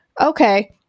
okay